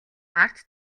ард